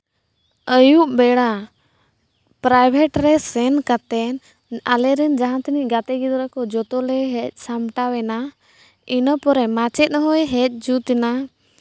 ᱟᱹᱭᱩᱵ ᱵᱮᱲᱟ ᱯᱨᱟᱭᱵᱷᱮᱴ ᱨᱮ ᱥᱮᱱ ᱠᱟᱛᱮᱫ ᱟᱞᱮᱨᱮᱱ ᱡᱟᱦᱟᱸ ᱛᱤᱱᱟᱹᱜ ᱜᱟᱛᱮ ᱜᱤᱫᱽᱨᱟᱹ ᱡᱚᱛᱚᱞᱮ ᱦᱮᱡ ᱥᱟᱢᱴᱟᱣᱮᱱᱟ ᱤᱱᱟᱹᱯᱚᱨᱮ ᱢᱟᱪᱮᱫ ᱦᱚᱭ ᱦᱮᱡ ᱡᱩᱛ ᱮᱱᱟ